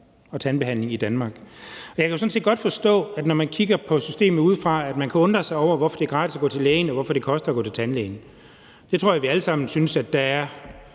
og tandbehandling i Danmark. Jeg kan jo sådan set godt forstå, når man kigger på systemet udefra, at man kan undre sig over, hvorfor det er gratis at gå til lægen, og hvorfor det koster at gå til tandlægen. Det tror jeg vi alle sammen synes der er